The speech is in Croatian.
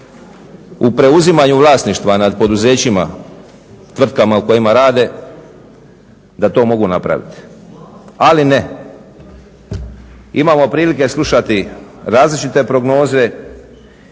u preuzimanju vlasništva nad poduzećima, tvrtkama u kojima rade, da to mogu napraviti. Ali ne, imamo prilike slušati različite prognoze